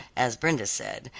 as brenda said,